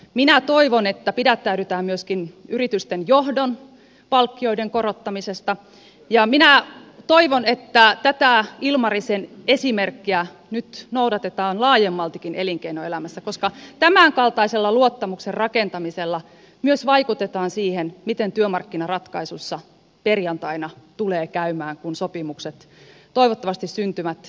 minä toivon että pidättäydytään myöskin yritysten johdon palkkioiden korottamisesta ja minä toivon että tätä ilmarisen esimerkkiä nyt noudatetaan laajemmaltikin elinkeinoelämässä koska tämänkaltaisella luottamuksen rakentamisella myös vaikutetaan siihen miten työmarkkinaratkaisussa perjantaina tulee käymään kun sopimukset toivottavasti syntyvät